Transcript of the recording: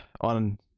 on